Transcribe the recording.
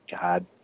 God